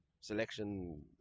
selection